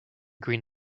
green